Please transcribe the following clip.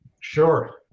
Sure